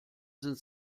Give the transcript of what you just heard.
sind